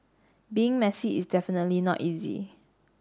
being messy is definitely not easy